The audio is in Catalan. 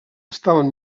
estaven